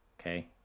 Okay